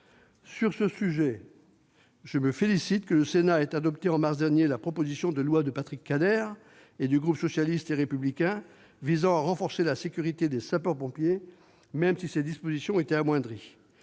Sur ce sujet, je me félicite de ce que le Sénat ait adopté, en mars dernier, la proposition de loi de Patrick Kanner et du groupe socialiste et républicain visant à renforcer la sécurité des sapeurs-pompiers, même si ses dispositions ont été amoindries.